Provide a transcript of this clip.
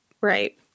Right